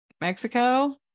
mexico